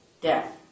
death